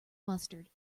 mustard